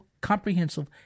comprehensive